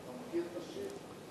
אתה מכיר את השיר?